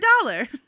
dollar